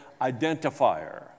identifier